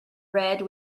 red